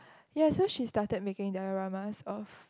ya so she started making the dilemmas of